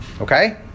Okay